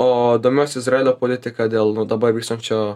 o domiuosi izraelio politika dėl nu dabar vykstančio